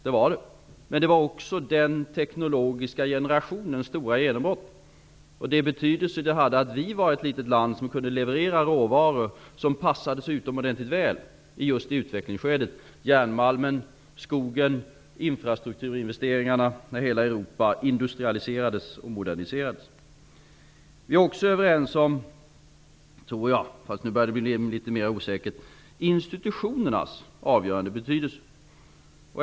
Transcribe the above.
Så var det, men det var också fråga om ett stort genombrott för den nya teknologiska generationen. Det betydde vidare mycket att vårt lilla land kunde leverera råvaror som passade utomordentligt väl i detta utvecklingsskede: järnmalmen och skogen till infrastrukturinvesteringarna när hela Europa industrialiserades och moderniserades. Jag tror också att vi är överens -- fast nu börjar det bli litet mera osäkert -- om institutionernas avgörande betydelse.